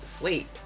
wait